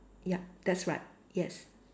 yup that's right yes